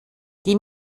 die